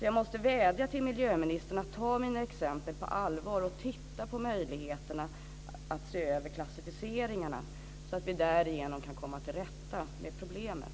Jag måste därför vädja till miljöministern att ta mina exempel på allvar och titta på möjligheterna att se över klassficieringarna, så att vi därigenom kan komma till rätta med problemet.